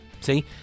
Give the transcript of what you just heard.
See